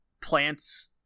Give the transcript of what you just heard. plants